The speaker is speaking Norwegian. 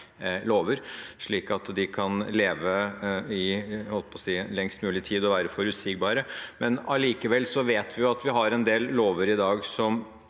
slik at de kan leve lengst mulig og være forutsigbare. Allikevel vet vi at vi i dag har en del lover som